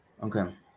Okay